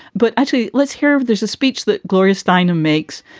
but actually, let's hear if there's a speech that gloria steinem makes.